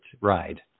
ride